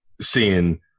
seeing